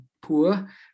poor